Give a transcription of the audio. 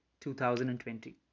2020